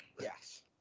Yes